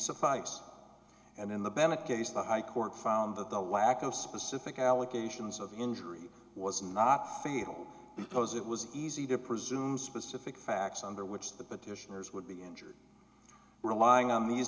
suffice and in the bennett case the high court found that the lack of specific allegations of injury was not fatal because it was easy to presume specific facts under which the petitioners would be injured relying on these